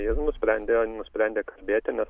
ir nusprendė nusprendė kalbėti nes